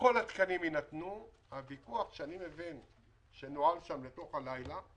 כל התקנים יינתנו והוויכוח שנוהל שם לתוך הלילה,